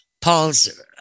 Paul's